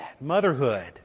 Motherhood